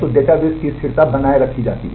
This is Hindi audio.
तो डेटाबेस की स्थिरता बनाए रखी जाती है